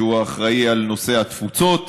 שהוא אחראי על נושא התפוצות.